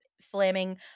slamming